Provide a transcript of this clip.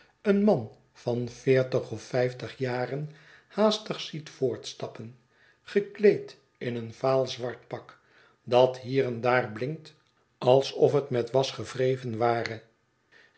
een man van veertig of vijftig jaren haastig ziet voortstappen gekleed in een vaalzwart pak dat hier en daar blinkt alsof het met was gevyreven ware